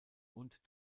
und